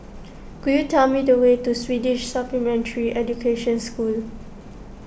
could you tell me the way to Swedish Supplementary Education School